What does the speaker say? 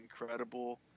incredible